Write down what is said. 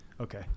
okay